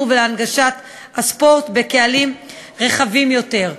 ולהנגשת הספורט בקהלים רחבים יותר.